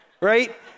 right